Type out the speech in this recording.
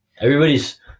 Everybody's